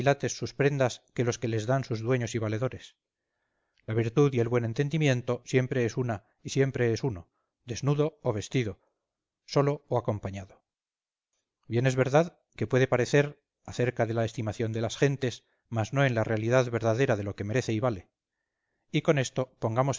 sus prendas que los que les dan sus dueños y valedores la virtud y el buen entendimiento siempre es una y siempre es uno desnudo o vestido solo o acompañado bien es verdad que puede padecer acerca de la estimación de las gentes mas no en la realidad verdadera de lo que merece y vale y con esto pongamos